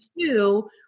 Two